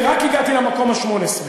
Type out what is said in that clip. והגעתי רק למקום ה-18.